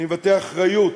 אני מבטא אחריות,